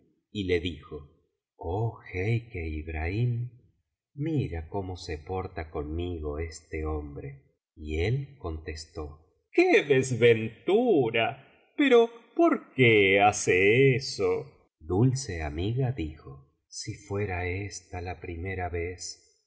y le dijo oh jeique ibrahim mira cómo se porta conmigo este hombre y él contestó qué desventura pero por que hace eso dulce amiga dijo si fuera esta la primera vez